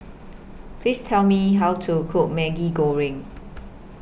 Please Tell Me How to Cook Maggi Goreng